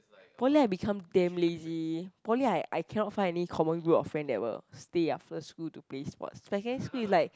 poly I become damn lazy poly I I cannot find any common group of friend that will stay after school to play sports secondary school is like